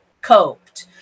coped